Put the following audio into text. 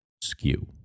skew